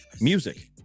music